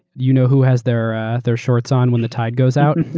you know who has their their shorts on when the tide goes out.